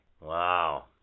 Wow